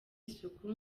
isuku